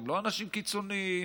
הם לא אנשים קיצוניים.